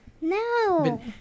No